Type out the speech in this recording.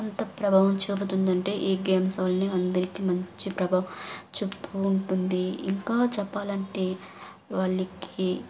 అంత ప్రభావం చూపుతుందంటే ఈ గేమ్స్ అందరికీ మంచి ప్రభావం చూపుతూ ఉంటుంది ఇంకా చెప్పాలంటే వాళ్ళికి